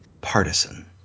Partisan